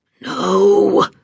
No